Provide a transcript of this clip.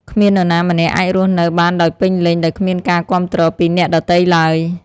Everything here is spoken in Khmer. គ្មាននរណាម្នាក់អាចរស់នៅបានដោយពេញលេញដោយគ្មានការគាំទ្រពីអ្នកដទៃឡើយ។